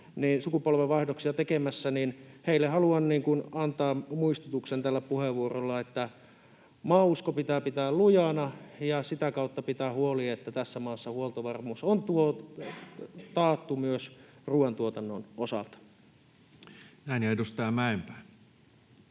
sukupolvenvaihdoksia tekemässä, haluan antaa muistutuksen tällä puheenvuorolla, että maausko pitää pitää lujana ja sitä kautta pitää huoli, että tässä maassa huoltovarmuus on taattu myös ruoantuotannon osalta. [Speech